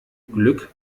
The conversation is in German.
glück